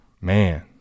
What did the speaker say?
man